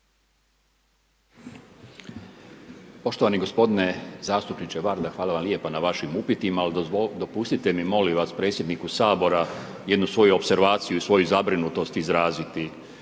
Poštovani gospodine zastupniče Varda, hvala vam lijepa na vašim upitima, ali dopustite mi molim vas predsjedniku Sabora, jednu svoju opservaciju i svoju zabrinutost izraziti.